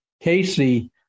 Casey